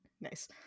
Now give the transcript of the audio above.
Nice